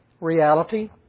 reality